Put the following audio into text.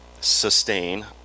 sustain